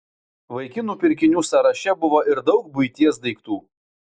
vaikinų pirkinių sąraše buvo ir daug buities daiktų